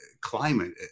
climate